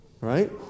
Right